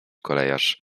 kolejarz